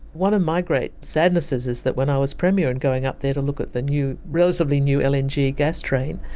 one of my great sadnesses is that when i was premier and going up there to look at the new relatively new lng gas train,